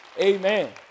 Amen